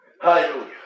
Hallelujah